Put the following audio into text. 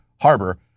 Harbor